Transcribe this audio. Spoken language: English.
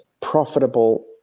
profitable